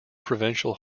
provincial